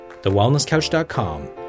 TheWellnessCouch.com